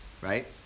right